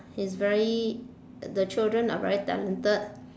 it's very the children are very talented